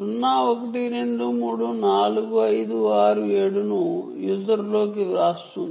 0 1 2 3 4 5 6 7 ను user memory లోకి వ్రాస్తుంది